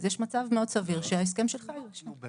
אז יש מצב מאוד סביר שההסכם שלך יאושר.